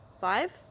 Five